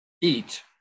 eat